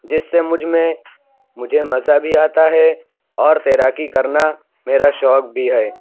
جس سے مجھ میں مجھے مزا بھی آتا ہے اور تیراکی کرنا میرا شوق بھی ہے